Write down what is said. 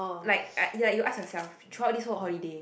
like uh you ask yourself throughout this whole holiday